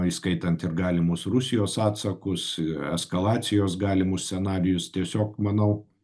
įskaitant ir galimus rusijos atsakus eskalacijos galimus scenarijus tiesiog manau